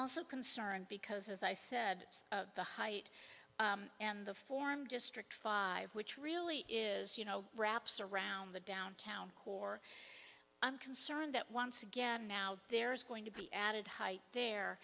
also concerned because as i said the height and the form district five which really is you know wraps around the downtown core i'm concerned that once again now there is going to be added height there